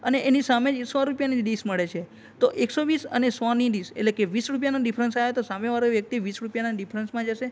અને એની સામે જ સો રૂપિયાની ડીસ મળે છે તો એકસો વીસ અને સોની ડીસ એટલે કે વીસ રૂપિયાનો ડિફરન્સ આવે તો સામેવાળો વ્યક્તિ વીસ રૂપિયાના ડિફરન્સમાં જશે